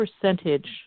percentage